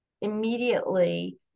immediately